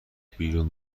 بیرون